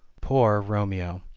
poor, romeo,